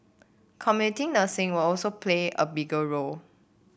community nursing will also play a bigger role